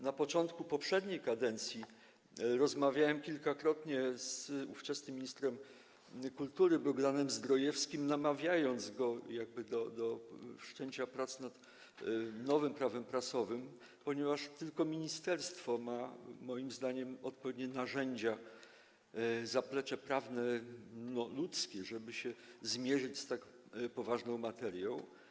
Na początku poprzedniej kadencji rozmawiałem kilkakrotnie z ówczesnym ministrem kultury Bogdanem Zdrojewskim, namawiając go do wszczęcia prac nad nowym Prawem prasowym, ponieważ tylko ministerstwo moim zdaniem ma odpowiednie narzędzia, zaplecze prawne, ludzkie, żeby się zmierzyć z tak poważną materią.